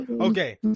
Okay